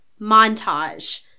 montage